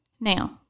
Now